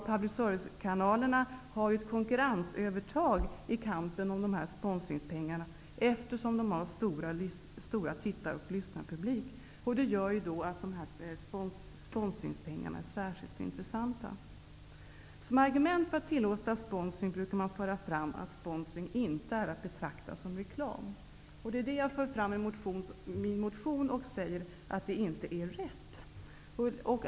Public service-kanalerna har ju ett konkurrensövertag i kampen om sponsringspengarna, eftersom de har en stor tittaroch lyssnarpublik, vilket gör sponsringspengarna särskilt intressanta. Som argument för att tillåta sponsring brukar man föra fram att sponsring inte är att betrakta som reklam. Det är inte riktigt, vilket jag också för fram i min motion.